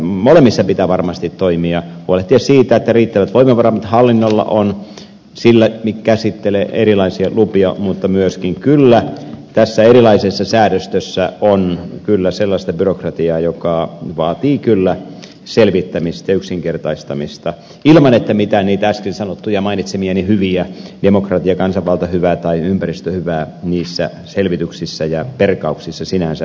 molemmissa pitää varmasti toimia huolehtia siitä että hallinnolla on riittävät voimavarat siinä mikä koskee erilaisia lupia mutta tässä erilaisessa säädöstössä on kyllä myöskin sellaista byrokratiaa joka vaatii selvittämistä ja yksinkertaistamista ilman että mitään niitä äsken mainitsemiani hyviä demokratia kansanvaltahyvää tai ympäristöhyvää niissä selvityksissä ja perkauksissa sinänsä menetetään